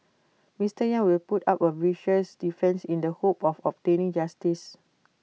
Mister yang will put up A vigorous defence in the hope of obtaining justice